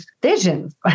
decisions